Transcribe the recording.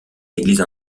églises